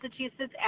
Massachusetts